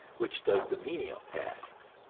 which does the menial tasks.